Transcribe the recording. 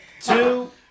Two